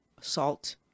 salt